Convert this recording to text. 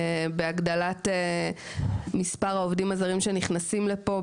בהגדלת מספר העובדים הזרים שנכנסים לפה,